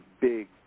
big